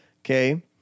Okay